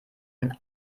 man